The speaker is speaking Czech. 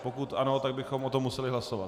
Pokud ano, tak bychom o tom museli hlasovat.